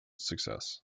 success